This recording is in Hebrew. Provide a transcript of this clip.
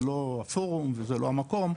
זה לא הפורום וזה לא המקום,